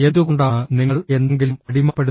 എന്തുകൊണ്ടാണ് നിങ്ങൾ എന്തെങ്കിലും അടിമപ്പെടുന്നത്